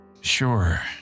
Sure